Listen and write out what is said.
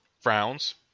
frowns